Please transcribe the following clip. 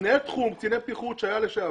מנהל תחום קציני בטיחות לשעבר,